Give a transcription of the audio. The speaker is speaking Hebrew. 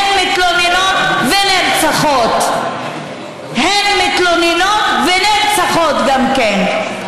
הן מתלוננות ונרצחות, הן מתלוננות ונרצחות גם כן.